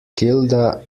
kilda